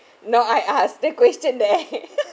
not I ask the question there